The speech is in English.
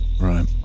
Right